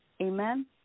Amen